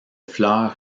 fleurs